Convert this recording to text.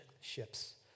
ships